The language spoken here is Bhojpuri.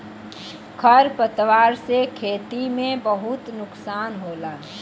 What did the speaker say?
खर पतवार से खेती में बहुत नुकसान होला